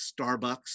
Starbucks